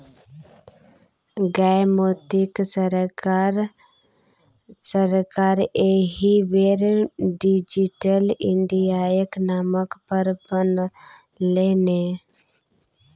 गै मोदीक सरकार एहि बेर डिजिटले इंडियाक नाम पर बनलै ने